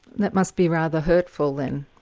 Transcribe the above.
that must be rather hurtful then?